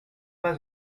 pas